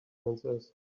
answers